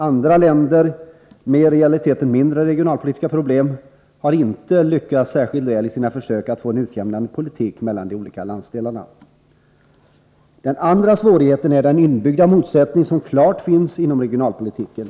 Andra länder — med i realiteten mindre regionalpolitiska problem — har inte lyckats särskilt väl i sina försök att få en utjämnande politik mellan de olika landsdelarna. En annan svårighet är den inbyggda motsättning som så klart finns inom regionalpolitiken.